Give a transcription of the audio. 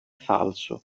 falso